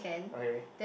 okay